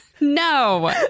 No